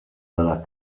della